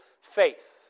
faith